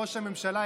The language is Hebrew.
ראש הממשלה,